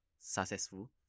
successful